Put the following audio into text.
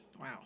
wow